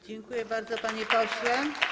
Dziękuję bardzo, panie pośle.